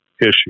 issue